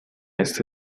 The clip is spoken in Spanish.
este